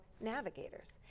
navigators